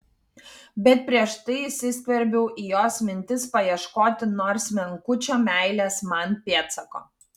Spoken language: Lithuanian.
bet prieš tai įsiskverbiau į jos mintis paieškoti nors menkučio meilės man pėdsako